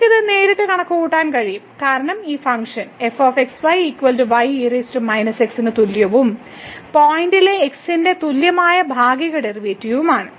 നമുക്ക് ഇത് നേരിട്ട് കണക്കുകൂട്ടാൻ കഴിയും കാരണം ഈ ഫംഗ്ഷൻ fx y ന് തുല്യവും പോയിന്റിലെ x ന് തുല്യമായ ഭാഗിക ഡെറിവേറ്റീവും ആണ്